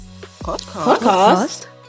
Podcast